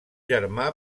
germà